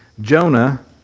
Jonah